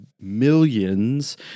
millions